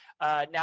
now